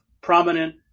prominent